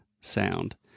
sound